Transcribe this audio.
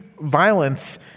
violence